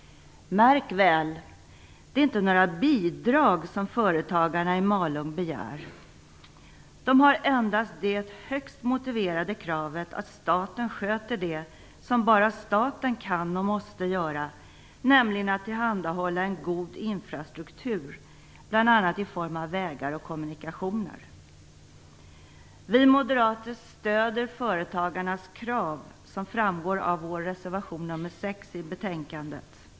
Märk väl - det är inte några bidrag som företagarna i Malung begär. De har endast det högst motiverade kravet att staten sköter det som bara staten kan och måste göra, nämligen tillhandahålla en god infrastruktur, bl.a. i form av vägar och kommunikationer. Vi moderater stöder företagarnas krav, såsom framgår av vår reservation nr 6 till betänkandet.